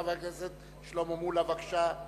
חבר הכנסת שלמה מולה, בבקשה.